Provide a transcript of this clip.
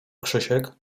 krzysiek